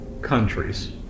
Countries